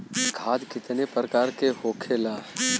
खाद कितने प्रकार के होखेला?